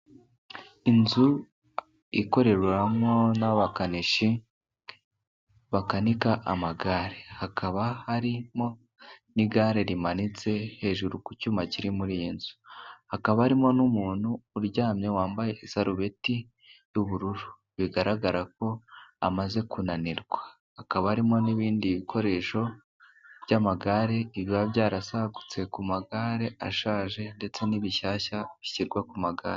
Inzu ikorerwamo n'abakanishi bakanika amagare, hakaba harimo igare rimanitse hejuru ku cyuma kiri muri iyi nzu. Hakaba harimo n'umuntu uryamye wambaye isarubeti y'ubururu, bigaragara ko amaze kunanirwa hakaba harimo n'ibindi bikoresho by'amagare biba byarasagutse ku magare ashaje ndetse n'ibishyashya bishyirwa ku magare.